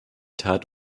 tat